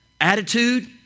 Attitude